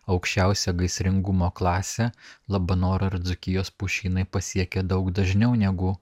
aukščiausia gaisringumo klasė labanoro ir dzūkijos pušynai pasiekia daug dažniau negu